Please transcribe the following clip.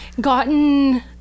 gotten